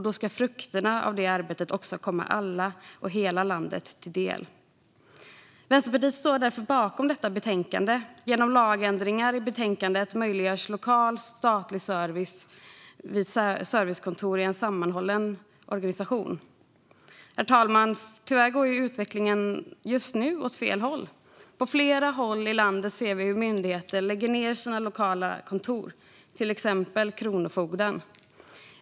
Då ska frukterna av detta arbete också komma alla och hela landet till del. Vänsterpartiet står därför bakom förslaget i betänkandet. Genom lagändringarna som föreslås i betänkandet möjliggörs lokal statlig service vid servicekontor i en sammanhållen organisation. Herr talman! Tyvärr går utvecklingen just nu åt fel håll. På flera håll i landet ser vi hur myndigheter lägger ned sina lokala kontor, till exempel Kronofogden.